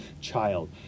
child